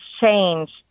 change